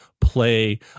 play